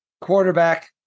quarterback